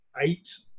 eight